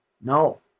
No